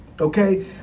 okay